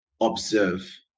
observe